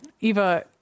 Eva